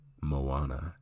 Moana